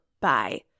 Bye